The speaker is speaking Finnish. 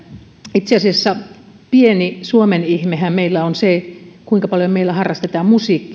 itse asiassa pieni suomen ihmehän meillä on se kuinka paljon meillä harrastetaan musiikkia